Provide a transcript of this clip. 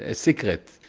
ah secret,